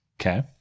okay